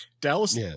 Dallas